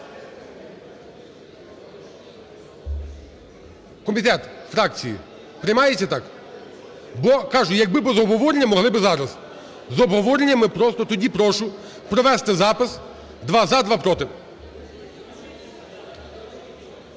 Комітет, фракції, приймається так? Бо кажу, якби без обговорення могли би зараз, з обговоренням ми просто… Тоді прошу провести запис: два – за, два – проти.